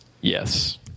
Yes